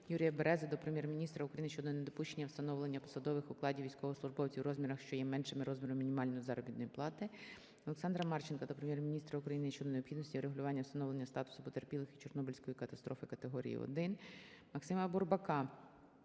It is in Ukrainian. Берези до Прем'єр-міністра України щодо недопущення встановлення посадових окладів військовослужбовців у розмірах, що є меншими розміру мінімальної заробітної плати. Олександра Марченка до Прем'єр-міністра України щодо необхідності врегулювання встановлення статусу потерпілих від Чорнобильської катастрофи категорії 1. МаксимаБурбака